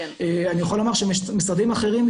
אני חושבת שזו אחת הוועדות הגדולות,